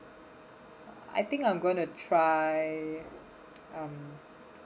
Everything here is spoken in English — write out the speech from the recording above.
I think I going to try um